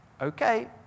okay